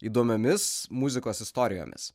įdomiomis muzikos istorijomis